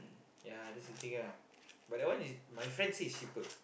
ya that's the thing ah but that one is my friend say it's cheaper